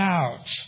out